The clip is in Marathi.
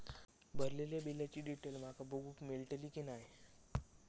भरलेल्या बिलाची डिटेल माका बघूक मेलटली की नाय?